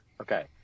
okay